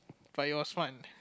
but it was fun